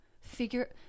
Figure